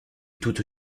toutes